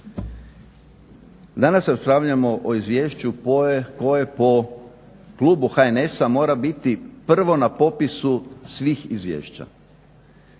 Danas raspravljamo o izvješću koje po klubu HNS-a mora biti prvo na popisu svih izvješća.